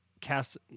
cast